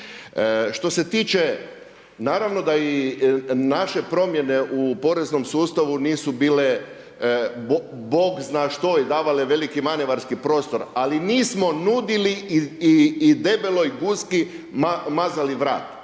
Što se tiče naravno da i naše promjene u poreznom sustavu nisu bile bog zna što i davale veliki manevarski prostor, ali nismo nudili i debeloj guski mazali vrat,